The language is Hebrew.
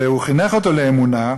והוא חינך אותו לאמונה,